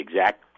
exact